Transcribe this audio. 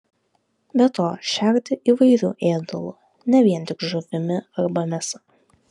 be to šerti įvairiu ėdalu ne vien tik žuvimi arba mėsa